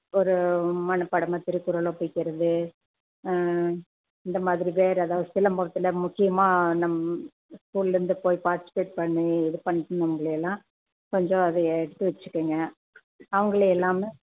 ஒரு மனப்பாடமாக திருக்குறள் ஒப்பிக்கிறது இந்த மாதிரி வேறு எதாவது சிலம்பத்தில் முக்கியமாக நம் ஸ்கூல்லந்து போய் பார்ட்ஸ்பேட் பண்ணி இது அவங்களயெல்லாம் கொஞ்சம் அதைய எடுத்து வச்சிக்கங்க அவங்கள எல்லாமே